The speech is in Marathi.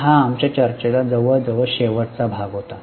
तर हा आमच्या चर्चेचा जवळजवळ शेवटचा भाग होता